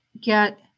get